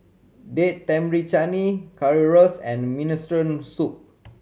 Date Tamarind Chutney Currywurst and Minestrone Soup